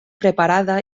preparada